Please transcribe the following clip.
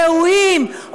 ראויים,